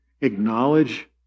acknowledge